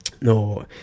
no